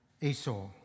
Esau